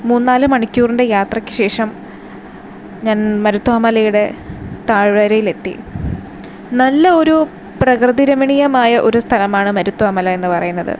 മൂന്ന് നാല് മണിക്കൂറിൻ്റെ യാത്രയ്ക്ക് ശേഷം ഞാൻ മരുത്വാ മലയുടെ താഴ്വരയിലെത്തി നല്ല ഒരു പ്രകൃതി രമണീയമായ ഒരു സ്ഥലമാണ് മരുത്വാ മല എന്നു പറയുന്നത്